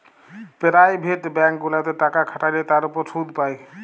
private bank গুলাতে টাকা খাটাল্যে তার উপর শুধ পাই